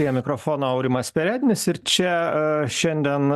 prie mikrofono aurimas perednis ir čia šiandien